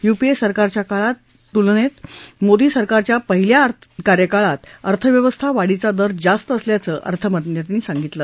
UPA सरकारच्या काळाच्या तुलनेत मोदी सरकारच्या पहिल्या कार्यकाळात अर्थव्यवस्था वाढीचा दर जास्त असल्याचं अर्थमंत्र्यांनी सांगितलं